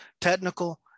technical